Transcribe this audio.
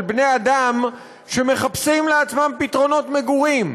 בני-אדם שמחפשים לעצמם פתרונות מגורים.